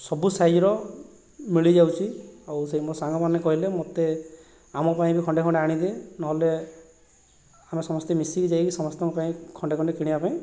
ସବୁ ସାଇଜର ମିଳିଯାଉଛି ଆଉ ସେହି ମୋ ସାଙ୍ଗମାନେ କହିଲେ ମୋତେ ଆମ ପାଇଁ ବି ଖଣ୍ଡେ ଖଣ୍ଡେ ଆଣିଦେ ନହେଲେ ଆମେ ସମସ୍ତେ ମିଶିକି ଯାଇକି ସମସ୍ତଙ୍କ ପାଇଁ ଖଣ୍ଡେ ଖଣ୍ଡେ କିଣିବାପାଇଁ